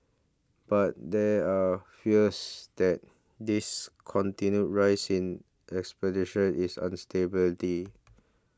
but there are fears that this continued rise in expenditure is